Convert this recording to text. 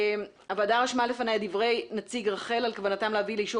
הוועדה רשמה לפניה את דברי נציג רח"ל על כוונתם להביא לאישור